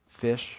fish